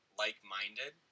like-minded